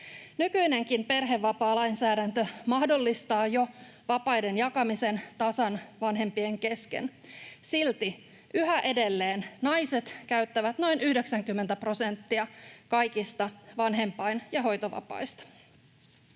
nykyinenkin perhevapaalainsäädäntö mahdollistaa vapaiden jakamisen tasan vanhempien kesken. Silti yhä edelleen naiset käyttävät noin 90 prosenttia kaikista vanhempain‑ ja hoitovapaista.